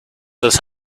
this